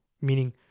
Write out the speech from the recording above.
meaning